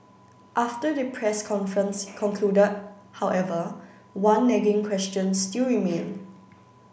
after the press conference concluded however one nagging question still remained